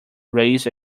raise